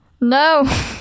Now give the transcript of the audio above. No